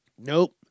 Nope